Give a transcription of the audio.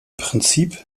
prinzip